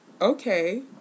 okay